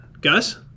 Gus